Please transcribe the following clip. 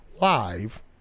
Live